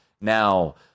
now